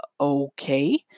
okay